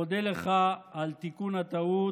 מודה לך על תיקון הטעות.